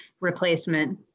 replacement